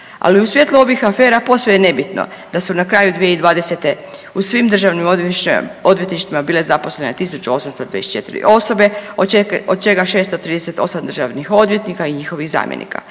Ali u svjetlu ovih afera posve je nebitno da su na kraju 2020. u svim državnim odvjetništvima bile zaposlene 1824 osobe od čega 638 državnih odvjetnika i njihovih zamjenika.